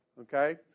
okay